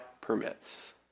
permits